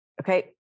okay